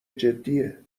جدیه